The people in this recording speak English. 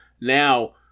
Now